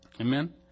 Amen